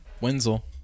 wenzel